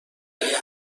هفته